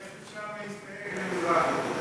איך אפשר להסתייג ממזרחי?